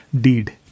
Deed